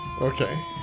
okay